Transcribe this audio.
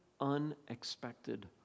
unexpected